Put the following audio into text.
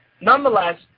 Nonetheless